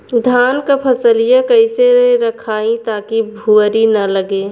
धान क फसलिया कईसे रखाई ताकि भुवरी न लगे?